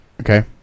Okay